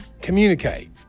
communicate